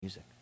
music